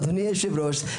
אדוני היושב-ראש,